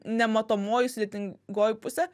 nematomoji sudėtingoji pusė